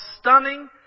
stunning